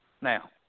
Now